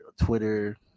twitter